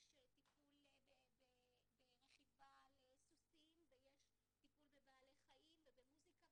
יש טיפול ברכיבה על סוסים ויש טיפול בבעלי חיים ובמוזיקה,